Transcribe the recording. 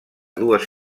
dues